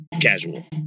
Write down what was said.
casual